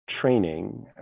training